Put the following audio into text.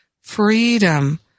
freedom